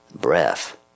breath